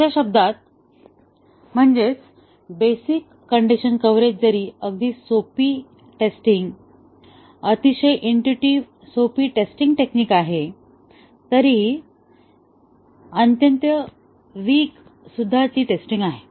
दुसर्या शब्दात basic condition coverage जरी अगदी सोपी टेस्टिंग अतिशय इंटुटीव्ह सोपी टेस्टिंग टेकनिक आहे परंतु अत्यंत वीक टेस्टिंग सुद्धा आहे